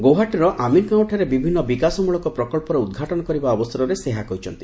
ଗୌହାଟିର ଆମିନ୍ଗାଓଁଠାରେ ବିଭିନ୍ନ ବିକାଶମୂଳକ ପ୍ରକଳ୍ପର ଉଦ୍ଘାଟନ କରିବା ଅବସରରେ ସେ ଏହା କହିଛନ୍ତି